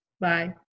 Bye